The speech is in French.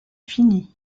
fini